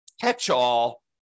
catch-all